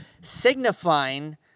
signifying